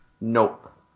Nope